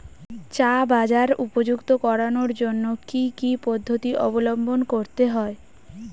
চা বাজার উপযুক্ত করানোর জন্য কি কি পদ্ধতি অবলম্বন করতে হয়?